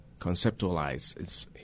conceptualize